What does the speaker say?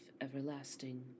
everlasting